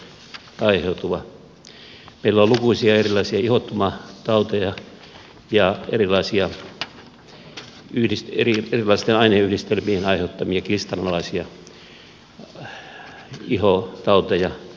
meillä on lukuisia erilaisia ihottumatauteja ja erilaisten aineyhdistelmien aiheuttamia kiistanalaisia ihotauteja